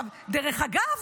דרך אגב,